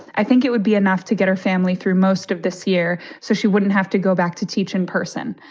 i think it would be enough to get her family through most of this year so she wouldn't have to go back to teach in person.